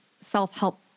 self-help